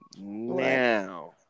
now